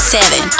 Seven